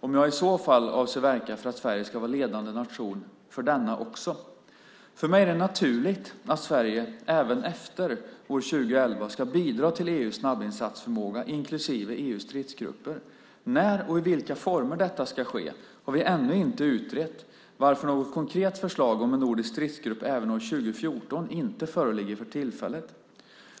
och om jag i så fall avser att verka för att Sverige ska vara ledande nation för denna också. För mig är det naturligt att Sverige även efter år 2011 ska bidra till EU:s snabbinsatsförmåga inklusive EU:s stridsgrupper. När och i vilka former detta ska ske har vi ännu inte utrett, varför något konkret förslag om en nordisk stridsgrupp även år 2014 inte föreligger för tillfället.